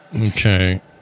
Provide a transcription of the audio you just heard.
Okay